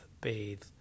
bathe